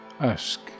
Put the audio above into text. Ask